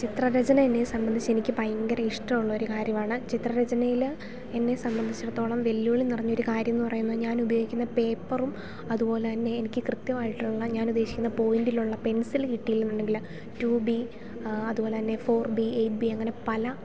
ചിത്രരചന എന്നെ സംബന്ധിച്ച് എനിക്ക് ഭയങ്കര ഇഷ്ടമുള്ളൊരു കാര്യമാണ് ചിത്രരചനയിൽ എന്നെ സംബന്ധിച്ചിടത്തോളം വെല്ലുവിളി നിറഞ്ഞൊരു കാര്യമെന്നു പറയുന്നത് ഞാനുപയോഗിക്കുന്ന പേപ്പറും അതു പോലെ തന്നെ എനിക്ക് കൃത്യമായിട്ടുള്ള ഞാൻ ഉദ്ദേശിക്കുന്ന പോയിൻറ്റിലുള്ള പെൻസിൽ കിട്ടിയില്ലെന്നുണ്ടെങ്കിൽ റ്റൂ ബി അതു പോലെ തന്നെ ഫോർ ബി എയിറ്റ് ബി അങ്ങനെ പല